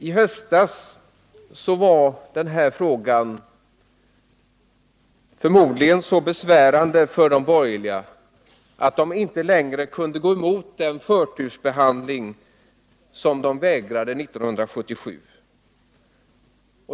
I höstas var den här frågan förmodligen så besvärande för de borgerliga att de inte längre kunde gå emot den förtursbehandling som de vägrade 1977.